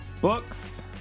books